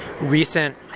recent